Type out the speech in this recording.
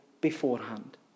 beforehand